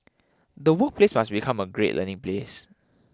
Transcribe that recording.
the workplace must become a great learning place